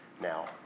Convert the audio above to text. now